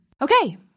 Okay